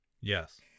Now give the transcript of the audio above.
Yes